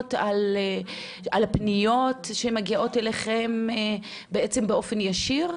התלונות או הפניות שמגיעות אליכם באופן ישיר?